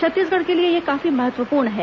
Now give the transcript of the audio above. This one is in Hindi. छत्तीसगढ़ के लिए यह काफी महत्वपूर्ण है